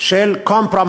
של compromise,